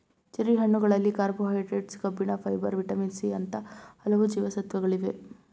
cherry ಹಣ್ಣುಗಳಲ್ಲಿ carbohydrates, ಕಬ್ಬಿಣ, fibre, vitamin C ಅಂತ ಹಲವು ಜೀವಸತ್ವಗಳಿವೆ